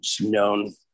known